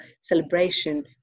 celebration